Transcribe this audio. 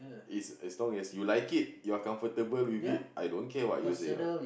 is as long as you like it you're comfortable with it I don't care what you say lah